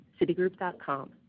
Citigroup.com